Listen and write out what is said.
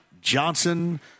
Johnson